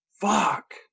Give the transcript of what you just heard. Fuck